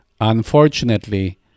Unfortunately